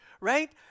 right